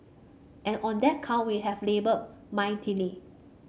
and on that count we have laboured mightily